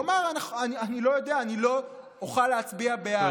הוא אמר: אני לא יודע, אני לא אוכל להצביע בעד.